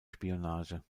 spionage